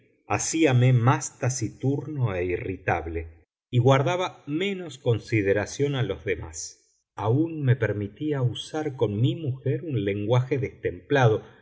día hacíame más taciturno e irritable y guardaba menos consideración a los demás aun me permitía usar con mi mujer un lenguaje destemplado